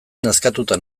nazkatuta